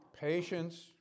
Patience